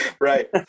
right